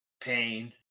pain